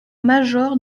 major